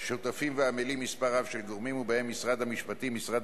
מימון או מסגרות